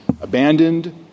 abandoned